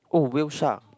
oh Whale Shark